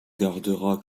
gardera